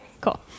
cool